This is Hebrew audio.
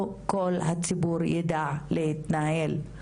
לא כל הציבור ידע להתנהל,